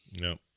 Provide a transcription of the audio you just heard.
No